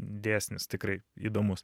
dėsnis tikrai įdomus